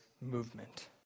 movement